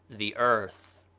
the earth.